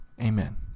amen